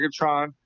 Megatron